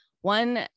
one